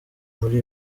muri